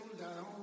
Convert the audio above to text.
down